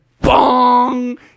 bong